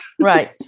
Right